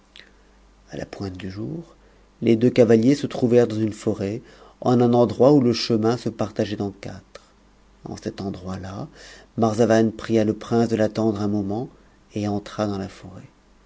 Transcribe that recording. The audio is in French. a la pointe du jour les deux cavaliers se trouvèrent dans une forêt en un endroit où le chemin se partageait en quatre en cet endroit-là marzavan pria le prince de l'attendre un moment et entra dans la forêt